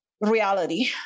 reality